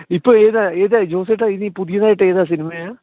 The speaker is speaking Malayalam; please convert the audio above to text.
ഇപ്പോൾ ഏതാ ഏതാ ജോസേട്ടാ ഇനി പുതിയതായിട്ട് ഏതാ സിനിമയാ